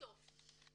בסוף -- מלמעלה.